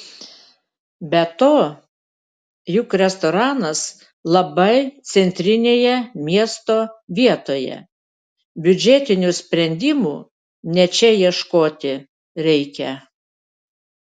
be to juk restoranas labai centrinėje miesto vietoje biudžetinių sprendimų ne čia ieškoti reikia